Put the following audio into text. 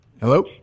Hello